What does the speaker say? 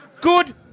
Good